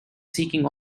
seeking